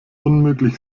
unmöglich